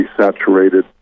saturated